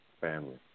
family